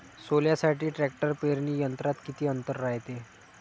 सोल्यासाठी ट्रॅक्टर पेरणी यंत्रात किती अंतर रायते?